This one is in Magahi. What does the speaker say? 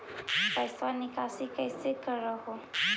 पैसवा निकासी कैसे कर हो?